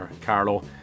Carlo